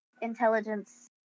intelligence